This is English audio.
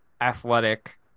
athletic